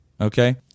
Okay